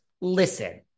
Listen